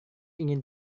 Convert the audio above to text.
ingin